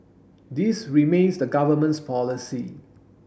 this remains the Government's policy